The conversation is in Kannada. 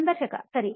ಸಂದರ್ಶಕ ಸರಿ